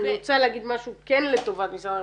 אני רוצה להגיד משהו כן לטובת משרד הרווחה,